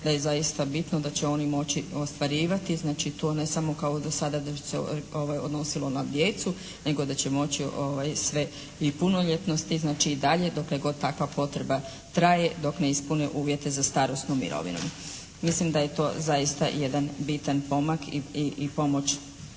da je zaista bitno da će oni moći ostvarivati znači, tu ne samo kao dosada da se to odnosilo na djecu, nego da će moći sve i punoljetnosti znači i dalje dokle god takva potreba traje, dok ne ispune uvjete za starosnu mirovinu. Mislim da je to zaista jedan bitan pomak i pomoć